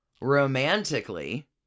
romantically